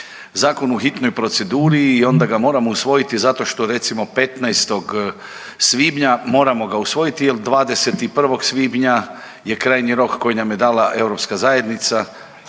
zakon u hitnoj proceduri i onda ga moramo usvojiti zato što, recimo, 15. svibnja, moramo ga usvojiti jer 21. svibnja je krajnji rok koji nam je dala europska zajednica,